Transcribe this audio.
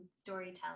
storytelling